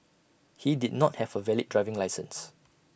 he did not have A valid driving licence